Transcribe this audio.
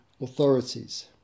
authorities